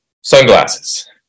sunglasses